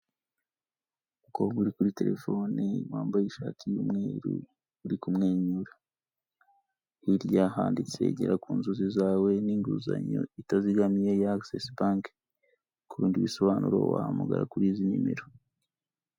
Umukobwa uri kuri telefone wambaye ishati y'umweru uri kumwenyura. Hirya handitse "Gera ku nzozi zawe n'inguzanyo itazigamiye ya Access Bank ". Ku bindi bisobanuro wahamagara kuri izi nimero.